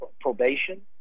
probation